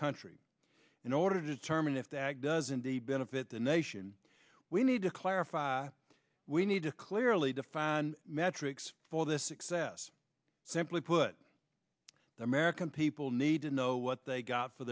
country in order to determine if that does in the benefit the nation we need to clarify we need to clearly define metrics for this success simply put the american people need to know what they got for